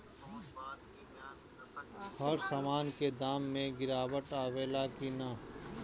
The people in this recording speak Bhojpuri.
हर सामन के दाम मे गीरावट आवेला कि न?